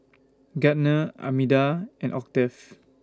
Gardner Armida and Octave